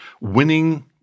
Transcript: winning